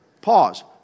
Pause